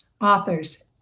authors